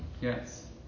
Yes